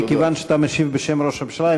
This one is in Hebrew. מכיוון שאתה משיב בשם ראש הממשלה,